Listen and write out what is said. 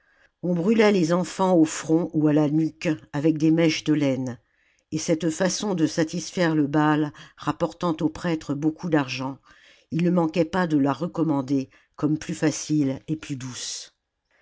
on brûlait les enfants au front ou à la nuque avec des mèches de laine et cette façon de satisfaire le baal rapportant aux prêtres beaucoup d'argent ils ne manquaient pas de la recommander comme plus facile et plus douce